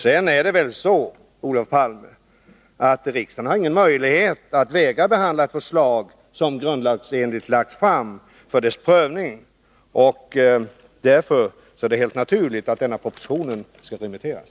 Dessutom är det väl så, Olof Palme, att riksdagen inte har någon möjlighet att vägra att behandla förslag som grundlagsenligt lagts fram för dess prövning. Därför är det helt naturligt att denna proposition skall remitteras.